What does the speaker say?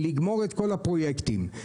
לגמור את כל הפרויקטים.